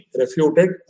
refuted